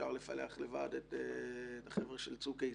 אפשר לפלח לבד את החבר'ה של צוק איתן,